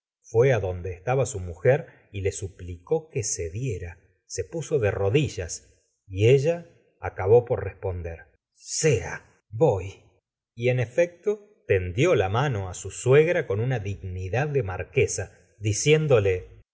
fué adonde estaba su mujer y le suplicó que cediera se puso de rodillas y ella acabó por reponder sea voy y en efecto tendió la mano á su suegra con una dignidad de marquesa dicié